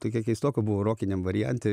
tokia keistoka buvo rokiniam variante